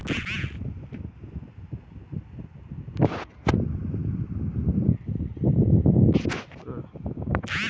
broker ద్వారా ఆస్తిని కొనుగోలు జేత్తే దాన్ని మార్జిన్పై కొనుగోలు చేయడం అంటారు